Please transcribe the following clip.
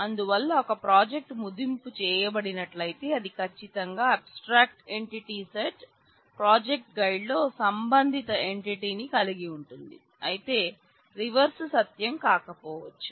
అందువల్ల ఒక ప్రాజెక్ట్ మదింపు చేయబడినట్లయితే అది ఖచ్చితంగా abstract entity set project guide లో సంబంధిత ఎంటిటీని కలిగి ఉంటుంది అయితే రివర్స్ సత్యం కాకపోవచ్చు